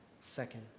second